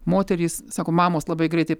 moterys sako mamos labai greitai